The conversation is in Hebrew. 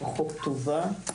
פחות טובה.